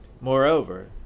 Moreover